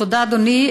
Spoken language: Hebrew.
תודה, אדוני.